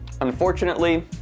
Unfortunately